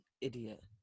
Idiot